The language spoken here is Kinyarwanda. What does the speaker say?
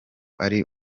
ari